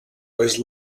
was